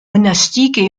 monastiques